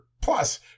plus